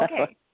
Okay